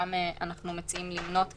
שאותן אנחנו מציעים למנות כאן,